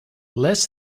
less